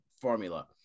formula